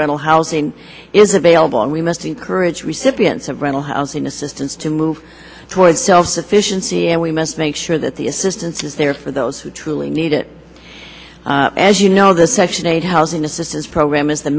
rental housing is available and we must encourage recipients of rental housing assistance to move toward self sufficiency and we must make sure that the assistance is there for those who truly need it as you know the section eight housing assistance program is